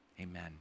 amen